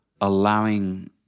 allowing